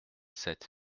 sept